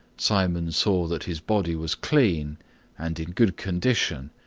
simon saw that his body was clean and in good condition,